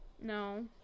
No